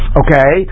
okay